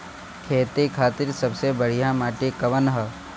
खेती खातिर सबसे बढ़िया माटी कवन ह?